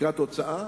בתקרת הוצאה